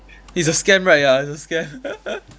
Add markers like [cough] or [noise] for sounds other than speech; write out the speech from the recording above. it's a scam right ya it's a scam [laughs]